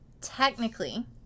Technically